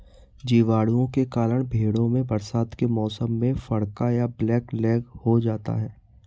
जीवाणुओं के कारण भेंड़ों में बरसात के मौसम में फड़का या ब्लैक लैग हो जाता है